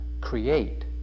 create